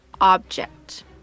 object